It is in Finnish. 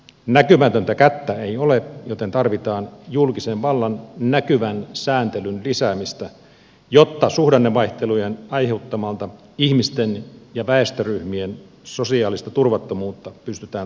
näkymätöntä kättä ei ole joten tarvitaan julkisen vallan näkyvän sääntelyn lisäämistä jotta suhdannevaihtelujen aiheuttamaa ihmisten ja väestöryhmien sosiaalista turvattomuutta pystytään torjumaan